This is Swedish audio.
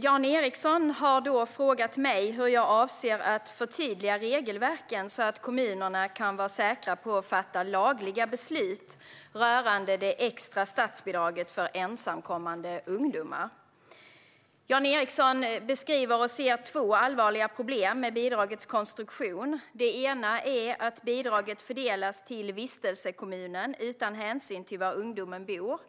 Jan Ericson har frågat mig hur jag avser att förtydliga regelverken så att kommunerna kan vara säkra på att fatta lagliga beslut rörande det extra statsbidraget för ensamkommande ungdomar. Jan Ericson beskriver och ser två allvarliga problem med bidragets konstruktion. Det ena är att bidraget fördelas till vistelsekommunen utan hänsyn till var ungdomen bor.